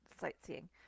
sightseeing